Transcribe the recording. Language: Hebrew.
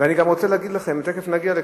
ואני גם רוצה להגיד לכם, ותיכף נגיע לכך,